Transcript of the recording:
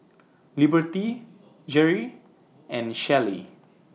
Liberty Jere and Shellie